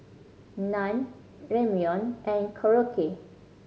Naan Ramyeon and Korokke